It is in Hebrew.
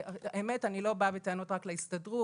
האמת, אני לא באה בטענות רק להסתדרות,